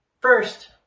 first